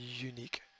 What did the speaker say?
unique